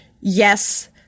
yes